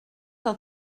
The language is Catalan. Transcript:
del